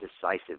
decisive